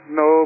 no